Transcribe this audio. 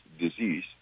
disease